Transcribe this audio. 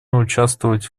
участвовать